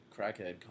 crackhead